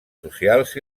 socials